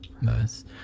Nice